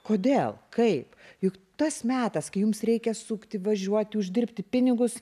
kodėl kaip juk tas metas kai jums reikia sukti važiuoti uždirbti pinigus